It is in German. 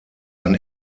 ein